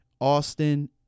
Austin